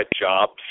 jobs